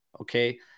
okay